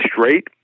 straight